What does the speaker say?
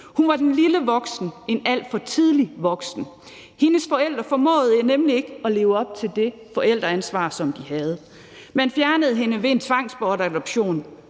Hun var den lille voksne, en alt for tidlig voksen. Hendes forældre formåede nemlig ikke at leve op til det forældreansvar, som de havde. Man fjernede hende ved en tvangsbortadoption.